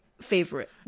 favorite